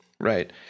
Right